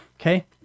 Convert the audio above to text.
Okay